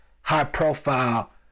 high-profile